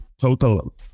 total